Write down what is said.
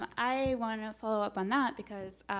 um i want to follow-up on that, because,